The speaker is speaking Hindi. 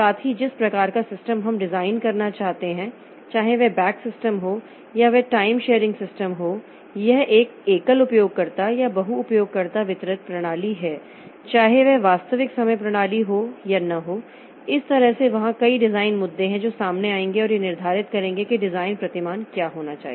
साथ ही जिस प्रकार का सिस्टम हम डिज़ाइन करना चाहते हैं चाहे वह बैक सिस्टम हो या वह टाइम शेयरिंग सिस्टम हो यह एक एकल उपयोगकर्ता या बहु उपयोगकर्ता वितरित प्रणाली है चाहे वह वास्तविक समय प्रणाली हो या न हो इस तरह से वहाँ कई डिजाइन मुद्दे हैं जो सामने आएंगे और यह निर्धारित करेंगे कि डिजाइन प्रतिमान क्या होना चाहिए